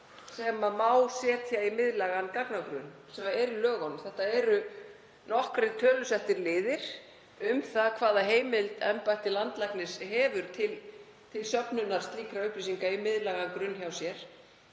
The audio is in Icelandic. sem setja má í miðlægan gagnagrunn sem er í lögunum. Þarna eru nokkrir tölusettir liðir um hvaða heimild embætti landlæknis hefur til söfnunar slíkra upplýsinga í miðlægan grunn hjá sér.